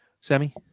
Sammy